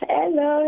Hello